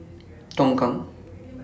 Tongkang